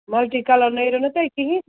multi colour نیریو نہ تۄہہِ کِہیٖنۍ